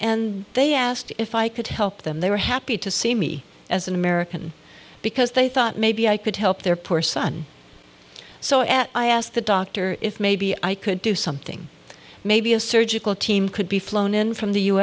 and they asked if i could help them they were happy to see me as an american because they thought maybe i could help their poor son so at i asked the doctor if maybe i could do something maybe a surgical team could be flown in from the